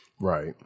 Right